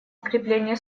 укрепление